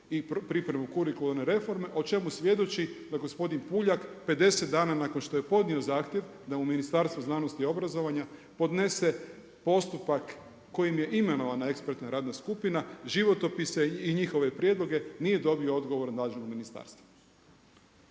i pripremu kurikularne reforme o čemu svjedoči da gospodin Puljak 50 dana nakon što je podnio zahtjev da mu Ministarstvo znanosti i obrazovanja podnese postupak kojim je imenovana ekspertna radna skupina životopise i njihove prijedloge nije dobio odgovor od nadležnog ministarstva.